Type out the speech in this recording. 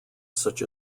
such